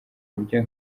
buryo